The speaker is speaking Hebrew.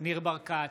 ניר ברקת,